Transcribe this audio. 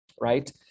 Right